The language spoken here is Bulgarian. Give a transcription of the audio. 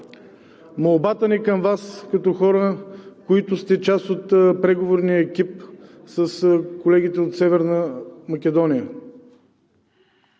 Молбата ми към Вас, като към хора, които сте част от преговорния екип с колегите от Северна Македония,